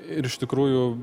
ir iš tikrųjų